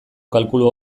kalkulu